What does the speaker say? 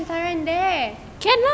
hantaran there